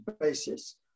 basis